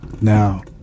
now